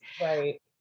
Right